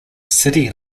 city